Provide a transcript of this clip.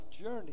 journey